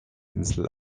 insel